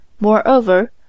Moreover